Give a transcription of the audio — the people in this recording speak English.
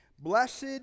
Blessed